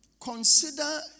consider